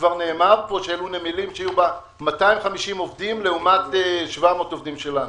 כבר נאמר פה שאלו נמלים שיהיו בהם 250 עובדים לעומת 700 עובדים שלנו.